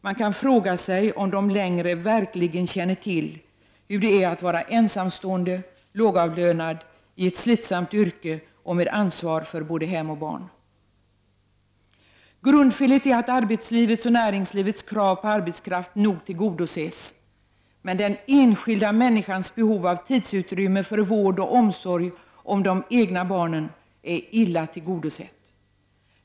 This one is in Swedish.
Man kan fråga sig om dessa män verkligen känner till hur det är att vara ensamstående och lågavlönad med ett slitsamt yrke och med ansvar för både hem och barn. Arbetslivets och näringslivets krav på mer arbetskraft tillgodoses nog, men grundfelet är att den enskilde människans behov av tidsutrymme för vård och omsorg om de egna barnen är illa tillgodosett.